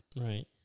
Right